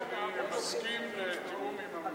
שאני מסכים לתיאום עם הממשלה.